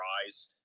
surprised